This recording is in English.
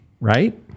right